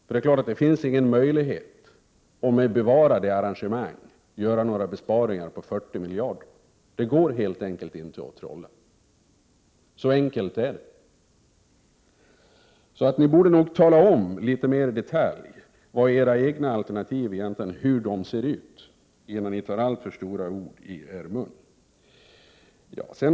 Det är klart att det inte finns möjlighet att med bevarade arrangemang göra besparingar på 40 miljarder kronor. Det går helt enkelt inte att trolla, så enkelt är det. Ni borde nog tala om litet mer i detalj hur era alternativ ser ut innan ni tar alltför stora ord i munnen.